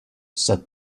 said